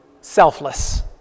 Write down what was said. selfless